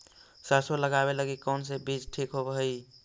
सरसों लगावे लगी कौन से बीज ठीक होव हई?